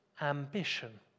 ambition